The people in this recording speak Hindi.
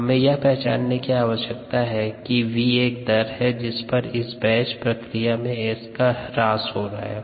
हमें यह पहचानने की आवश्यकता है कि v एक दर है जिस पर इस बैच प्रक्रिया में S का ह्रास हो रहा है